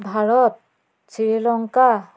Bharat Sri Lanka